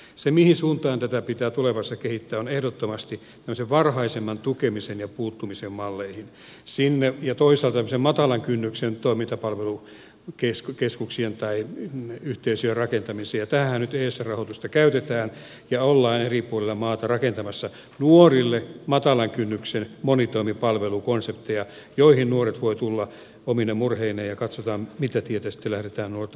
se mihin suuntaan tätä pitää tulevaisuudessa kehittää on ehdottomasti tämmöisen varhaisemman tukemisen ja puuttumisen malleihin sinne ja toisaalta sen matalan kynnyksen toimintapalvelukeskuksien tai yhteisöjen rakentamiseen ja tähänhän nyt esrn rahoitusta käytetään ja ollaan eri puolilla maata rakentamassa nuorille matalan kynnyksen monitoimipalvelukonsepteja joihin nuoret voivat tulla omine murheineen ja joissa katsotaan mitä tietä sitten lähdetään nuorta tukemaan